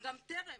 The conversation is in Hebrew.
גם טרם